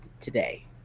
today